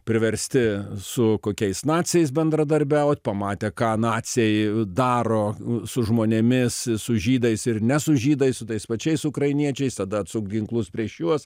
priversti su kokiais naciais bendradarbiaut pamatę ką naciai daro su žmonėmis su žydais ir ne su žydais su tais pačiais ukrainiečiais tada atsukt ginklus prieš juos